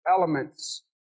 elements